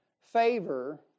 Favor